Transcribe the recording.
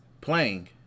Playing